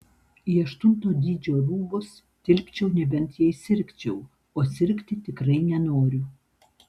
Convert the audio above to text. į aštunto dydžio rūbus tilpčiau nebent jei sirgčiau o sirgti tikrai nenoriu